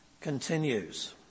continues